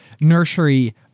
nursery